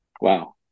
Wow